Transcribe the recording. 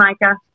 Micah